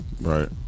Right